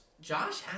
Josh